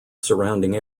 surrounding